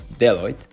Deloitte